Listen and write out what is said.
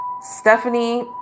Stephanie